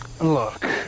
Look